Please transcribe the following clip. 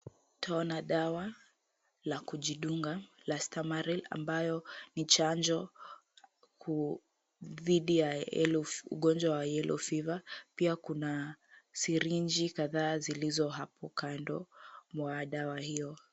Twaona dawa la kujidunga, la stamaril ambayo ni chanjo. Dhidi ya ugonjwa wa yellow fever . Pia kuna sirinji kadhaa zilizo hapo kando, mwa dawa hiyo.